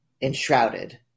enshrouded